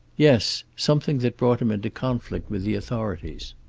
yes. something that brought him into conflict with the authorities.